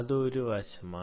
അത് ഒരു വശമാണ്